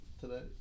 today